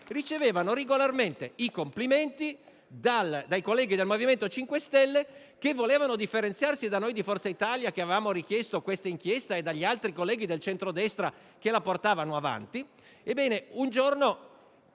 ricevevano regolarmente i complimenti dai colleghi del MoVimento 5 Stelle che volevano differenziarsi da noi di Forza Italia che avevamo richiesto questa indagine e dagli altri colleghi del centrodestra che la portavano avanti.